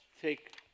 take